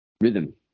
rhythm